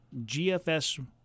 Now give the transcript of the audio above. GFS